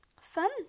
Fun